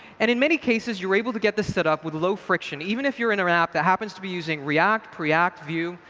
and in many cases you're able to get this set up with low friction, even if you're in an app that happens to be using react, preact, vue.